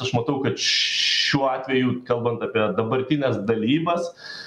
aš matau kad šiuo atveju kalbant apie dabartines dalybas